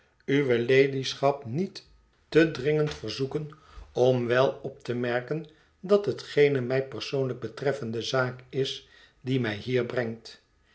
uwe ladyschap niet te dringend verhet verlaten jjüjs zoeken om wel op te merken dat het geene mij persoonlijk betreffende zaak is die mij hier brengt